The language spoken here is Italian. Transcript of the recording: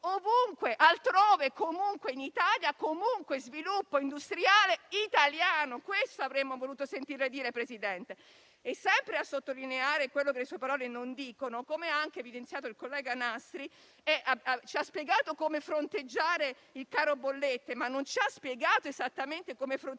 ovunque, altrove, comunque in Italia, per lo sviluppo industriale italiano. Questo avremmo voluto sentirle dire, Presidente. E sempre a sottolineare quello che le sue parole non dicono, come ha anche evidenziato il collega Nastri, lei ci ha spiegato come fronteggiare il caro bollette, ma non ci ha spiegato esattamente come fronteggiare